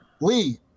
Lee